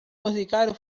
musical